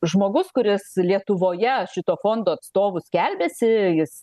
žmogus kuris lietuvoje šito fondo atstovu skelbiasi jis